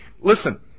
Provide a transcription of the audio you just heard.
Listen